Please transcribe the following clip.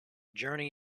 journey